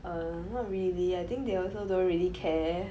uh not really I think they also don't really care